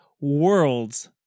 world's